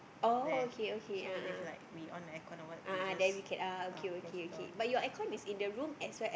there so if like we on air con or what we just uh close the door